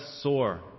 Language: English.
sore